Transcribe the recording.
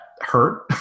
hurt